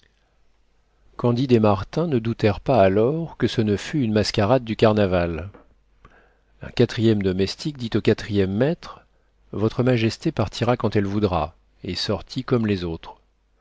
et martin ne doutèrent pas alors que ce ne fût une mascarade du carnaval un quatrième domestique dit au quatrième maître votre majesté partira quand elle voudra et sortit comme les autres